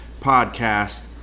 podcast